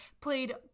played